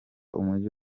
umujyi